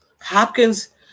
Hopkins